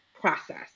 process